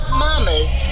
mama's